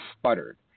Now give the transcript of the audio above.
sputtered